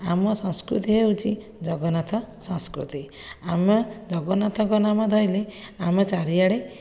ଆମ ସଂସ୍କୃତି ହେଉଛି ଜଗନ୍ନାଥ ସଂସ୍କୃତି ଆମେ ଜଗନ୍ନାଥଙ୍କ ନାମ ଧରିଲେ ଆମ ଚାରିଆଡ଼େ